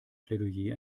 plädoyer